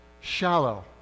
shallow